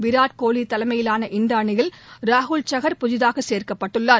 விராட் கோலி தலைமையிலான இந்த அணியில் ராகுல் சஹார் புதிதாக சேர்க்கப்பட்டுள்ளார்